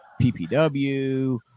PPW